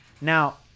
Now